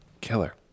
Killer